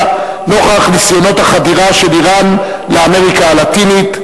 נוכח ניסיונות החדירה של אירן לאמריקה הלטינית,